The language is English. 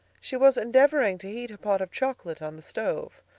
she was endeavoring to heat a pot of chocolate on the stove.